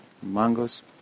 mangos